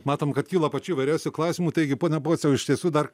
matom kad kyla pačių įvairiausių klausimų taigi pone pociau iš tiesų dar